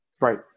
Right